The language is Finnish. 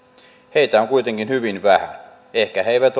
heitä on kuitenkin hyvin vähän ehkä he eivät